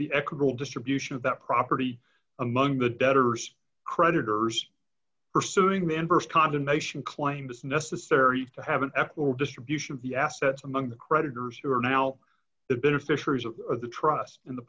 the equitable distribution of that property among the debtors creditors pursuing members condemnation claims necessary to have an ethical distribution of the assets among the creditors who are now the beneficiaries of the trust in the